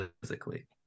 physically